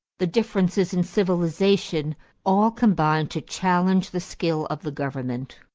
the differences in civilization all combined to challenge the skill of the government.